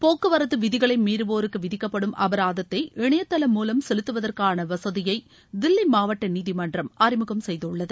போக்குவரத்து விதிகளை மீறவோருக்கு விதிக்கப்படும் அபராதத்தை இணையதளம் மூலம் செலுத்துவதற்கான வசதியை தில்லி மாவட்ட நீதிமன்றம் அறிமுகம் செய்துள்ளது